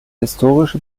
historische